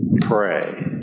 Pray